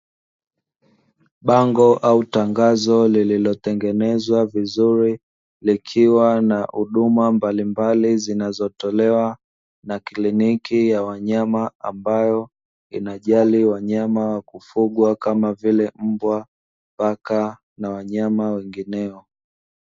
Bango au tangazo lililotengenezwa vizuri likiwa na huduma mbalimbali zinazotolewa na kliniki ya wanyama ambayo inajali wanyama wa kufugwa kama vile mbwa, paka na wanyama wengineo.